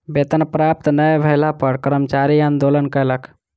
वेतन प्राप्त नै भेला पर कर्मचारी आंदोलन कयलक